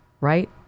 right